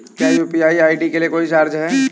क्या UPI ID के लिए कोई चार्ज है?